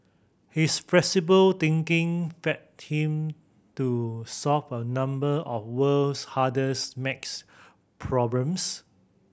his flexible thinking fed him to solve a number of world's hardest maths problems